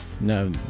no